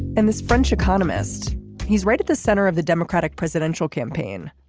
and this french economist he's right at the center of the democratic presidential campaign.